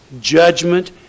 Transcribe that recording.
judgment